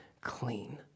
clean